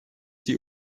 sie